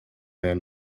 man